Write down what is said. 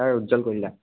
sir Ujjwal Kalita